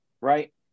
right